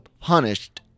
punished